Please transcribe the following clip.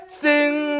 sing